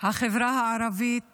החברה הערבית